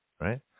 right